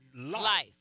life